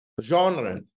genre